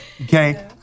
Okay